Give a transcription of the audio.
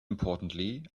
importantly